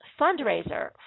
fundraiser